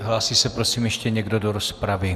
Hlásí se prosím ještě někdo do rozpravy?